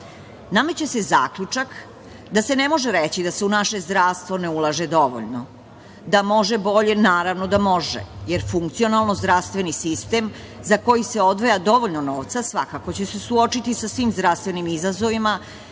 Nameće se zaključak da se ne može reći da se u naše zdravstvo ne ulaže dovoljno. Da može bolje, naravno da može, jer funkcionalno zdravstveni sistem za koji se odvaja dovoljno novca svakako će se suočiti sa svim zdravstvenim izazovima